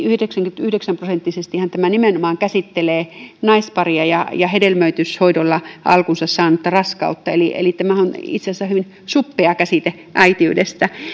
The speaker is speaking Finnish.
yhdeksänkymmentäyhdeksän prosenttisesti nimenomaan käsittelee naisparia ja ja hedelmöityshoidolla alkunsa saanutta raskautta eli eli tämähän on itse asiassa hyvin suppea käsite äitiydestä